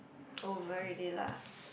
over already lah